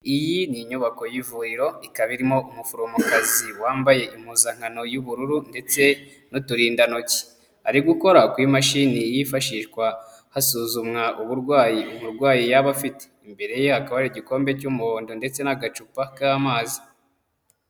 Iyi ni inyubako y'ivuriro ikaba irimo umuforomokazi wambaye impuzankano y'ubururu ndetse n'uturindantoki, ari gukora kw'imashini yifashishwa hasuzumwa uburwayi umurwayi yaba afite. Imbere ye hakaba hari igikombe cy'umuhondo ndetse n'agacupa k'amazi.